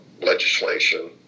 legislation